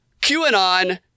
QAnon